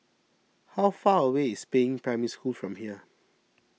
how far away is Peiying Primary School from here